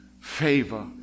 favor